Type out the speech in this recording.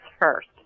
first